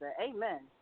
Amen